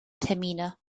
termine